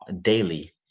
daily